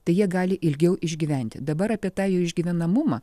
tai jie gali ilgiau išgyventi dabar apie tą jų išgyvenamumą